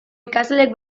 ikasleek